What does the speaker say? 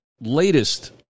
latest